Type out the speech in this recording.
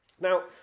Now